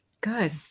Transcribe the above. Good